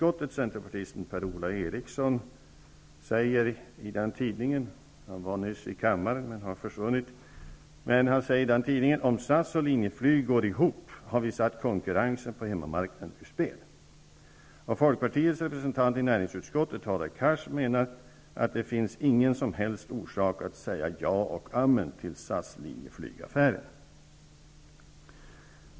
Ola Eriksson säger: Om SAS och Linjeflyg går ihop har vi satt konkurrensen på hemmamarknaden ur spel. Och folkpartiets representant i näringsutskottet Hadar Cars menar att det inte finns någon som helst orsak att säga ja och amen till SAS--Linjeflyg-affären.